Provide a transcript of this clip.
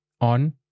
on